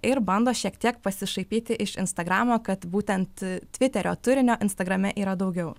ir bando šiek tiek pasišaipyti iš instagramo kad būtent tviterio turinio instagrame yra daugiau